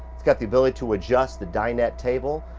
it's got the ability to adjust the dinette table,